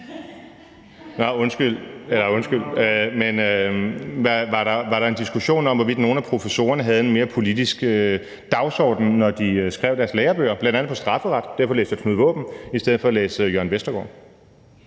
nå, undskyld – var en diskussion om, hvorvidt nogle af professorerne havde en mere politisk dagsorden, når de skrev deres lærebøger bl.a. om strafferet. Derfor læste jeg Knud Waaben i stedet for at læse Jørgen Vestergaard.